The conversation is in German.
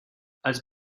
als